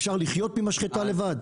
אפשר לחיות ממשחטה לבד?